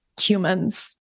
humans